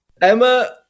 Emma